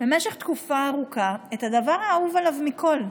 במשך תקופה ארוכה את הדבר האהוב עליו מכול,